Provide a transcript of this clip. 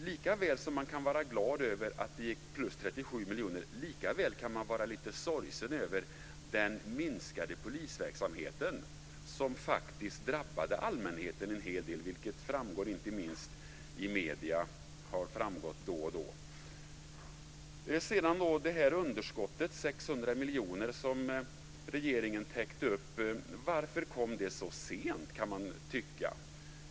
Likaväl som man kan vara glad över att det gick plus 37 miljoner kan man vara lite sorgsen över den minskade polisverksamheten som drabbade allmänheten en hel del. Det har inte minst framgått då och då i medierna. Regeringen täckte upp underskottet på 600 miljoner. Varför kom det så sent? kan man undra.